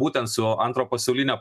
būtent su antro pasaulinio